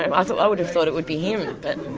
and so i would have thought it would be him but.